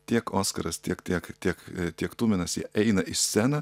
tiek oskaras tiek tiek tiek tiek tuminas jie eina į sceną